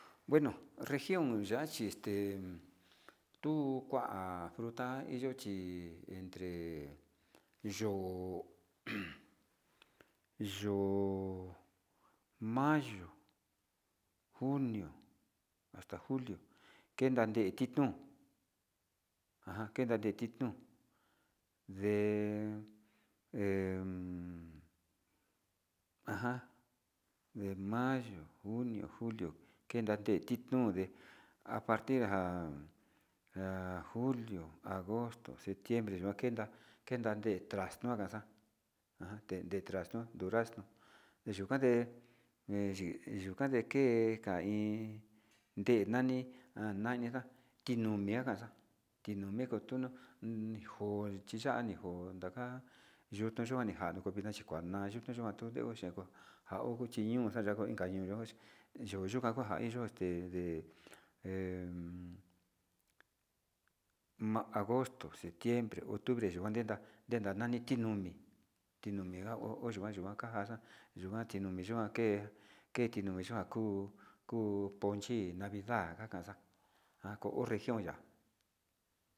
Bueno rehion uyachi te tuu kua fruta yo chi entre yo'ó yo'ó mayo, junio, asta julio keande titon ajan kendande titón, ajan de mayo, junio, julio kenda de titon nde apartir nja nja julio, agosto, septiembre dakenda kenda de trasto dakaxa'a njan de transton durazno ndeyukande he yukande ke'e dekain nde nani njan nanina tinumi nakanxa tinimeko tuno nijo chiya nejo ka'a yuu yunua nixano koni nina chikuan na'a yutu yikuan tuu ndeo cheko nja ha ho kuu chiyo njan niden ayuyuchi ño'o xaka iin ndaño yuu ñio tuyuka kuan nuyido este nde en ma'a agosto, septiembre, octubre yuan yita tena nani tinumi njan ho oyikuan yuaan, yuan tinumi njan ke'e keti nomi yikuan kuu, kuu ponchi navida kaxan xan njako ho region ya'a.